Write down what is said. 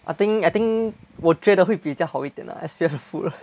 I think I think 我觉得会比较好一点 lah S_P_F 的 food